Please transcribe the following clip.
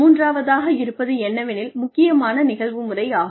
மூன்றாவதாக இருப்பது என்னவெனில் முக்கியமான நிகழ்வு முறை ஆகும்